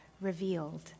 revealed